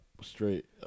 straight